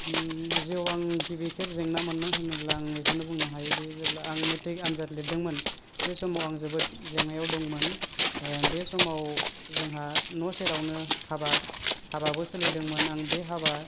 जिवआव आं गिबि खेब जेंना मोनो होनोब्ला आं बेखौनो बुंनो हायोदि जेब्ला आं मेट्रिक आनजाद लिरदोंमोन बे समाव आं जोबोत जेंनायाव दंमोन बे समाव जोंहा न' सेरावनो हाबा हाबाबो सोलिदोंमोन आं बे हाबा